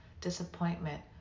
disappointment